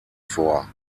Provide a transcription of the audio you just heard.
vor